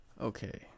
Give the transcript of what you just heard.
Okay